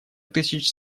тысяч